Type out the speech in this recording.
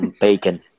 Bacon